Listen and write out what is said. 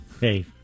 Hey